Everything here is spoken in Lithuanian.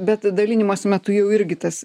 bet dalinimosi metu jau irgi tas